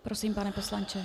Prosím, pane poslanče.